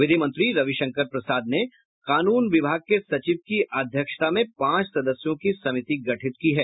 विधि मंत्री रवि शंकर प्रसाद ने कानून विभाग के सचिव की अध्यक्षता में पांच सदस्यों की समिति गठित की है